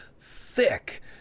Thick